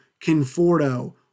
Conforto